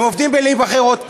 הם עובדים בלהיבחר עוד פעם,